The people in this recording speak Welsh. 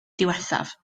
diwethaf